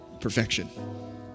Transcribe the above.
perfection